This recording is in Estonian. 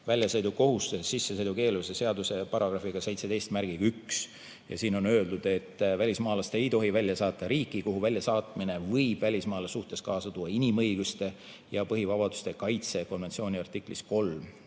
väljasõidukohustuse ja sissesõidukeelu seaduse §‑ga 171. Siin on öeldud, et välismaalast ei tohi välja saata riiki, kuhu väljasaatmine võib välismaalase suhtes kaasa tuua inimõiguste ja põhivabaduste kaitse konventsiooni artiklis 3,